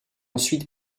ensuite